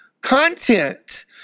content